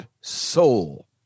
soul